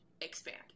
expand